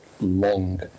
long